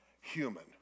human